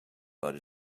but